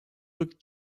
look